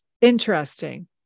interesting